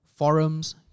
Forums